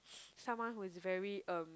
someone who is very um